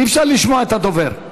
אי-אפשר לשמוע את הדובר.